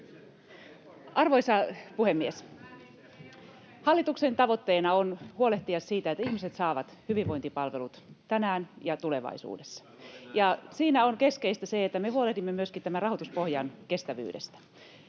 Arvoisa puhemies! Hallituksen tavoitteena on huolehtia siitä, että ihmiset saavat hyvinvointipalvelut tänään ja tulevaisuudessa, [Perussuomalaisten ryhmästä: Juuri näin!] ja siinä on keskeistä se, että me huolehdimme myöskin tämän rahoituspohjan kestävyydestä.